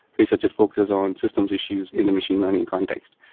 research that focuses on systems issues in the machine learning context.